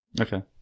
Okay